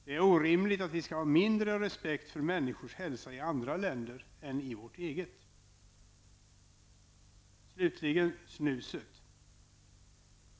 Det är orimligt att vi skall ha mindre respekt för människors hälsa i andra länder än i vårt eget. Så till snuset.